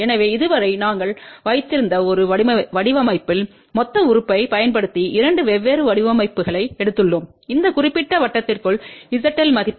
எனவே இதுவரை நாங்கள் வைத்திருந்த ஒரு வடிவமைப்பில் மொத்த உறுப்பைப் பயன்படுத்தி இரண்டு வெவ்வேறு வடிவமைப்புகளை எடுத்துள்ளோம் இந்த குறிப்பிட்ட வட்டத்திற்குள் zL மதிப்பு